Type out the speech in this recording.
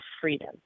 freedom